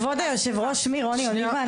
כבוד יושב הראש, שמי רוני אוליבה.